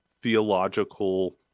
theological